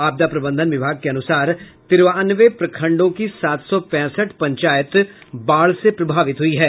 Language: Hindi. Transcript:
आपदा प्रबंधन विभाग के अनुसार तिरानवे प्रखंडों की सात सौ पैंसठ पंचायत बाढ़ से प्रभावित हुई है